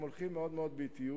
הם הולכים מאוד מאוד באטיות,